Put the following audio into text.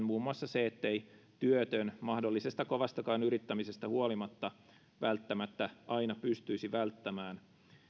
muun muassa se ettei työtön mahdollisesta kovastakaan yrittämisestä huolimatta välttämättä aina pystyisi välttämään